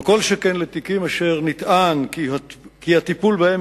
כל שכן לתיקים אשר נטען כי הטיפול בהם